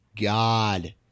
God